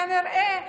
כנראה,